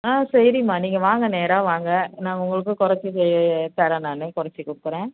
ஆ சரிமா நீங்கள் வாங்க நேராக வாங்க நாங்கள் உங்களுக்கு குறைச்சி இது தர்றேன் நான் குறைச்சி கொடுக்குறேன்